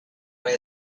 way